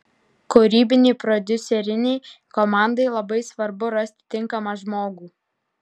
kūrybinei prodiuserinei komandai labai svarbu rasti tinkamą žmogų